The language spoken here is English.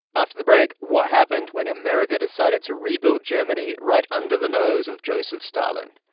after the break, what happened when america decided to rebuild germany right under the nose of joseph stalin.